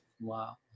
Wow